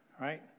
right